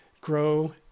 grow